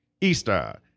Easter